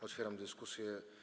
Otwieram dyskusję.